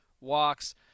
Walks